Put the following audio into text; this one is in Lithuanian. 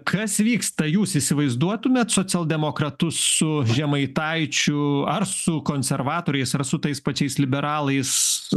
kas vyksta jūs įsivaizduotumėt socialdemokratus su žemaitaičiu ar su konservatoriais ar su tais pačiais liberalais